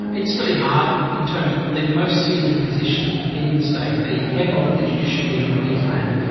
it's really hard in terms of the most senior position in the state, the head of the judiciary in queensland,